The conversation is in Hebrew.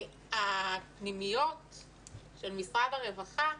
הפנימיות של משרד הרווחה,